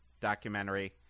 documentary